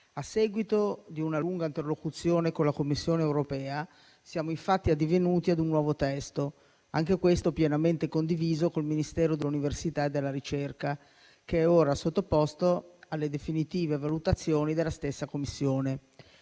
A seguito di una lunga interlocuzione con la Commissione europea, siamo infatti addivenuti a un nuovo testo, anch'esso pienamente condiviso con il Ministero dell'università e della ricerca e ora sottoposto alle definitive valutazioni della stessa Commissione.